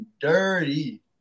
dirty